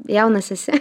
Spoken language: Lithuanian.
jaunas esi